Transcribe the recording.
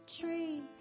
tree